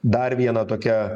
dar viena tokia